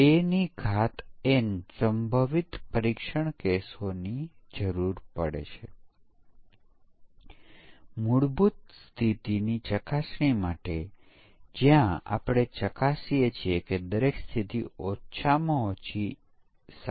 તેથી અહીં પણ આપણી પાસે 1 સમકક્ષ વર્ગ છે જે 6 અક્ષરોથી ઓછો છે અને બીજો સમકક્ષ વર્ગ જે બરાબર 6 અક્ષરોનો છે ત્રીજો સમકક્ષ વર્ગ જે 6 અક્ષરોથી વધુ છે